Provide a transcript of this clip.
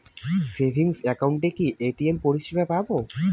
Savings একাউন্টে কি ATM পরিসেবা পাব?